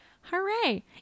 Hooray